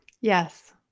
Yes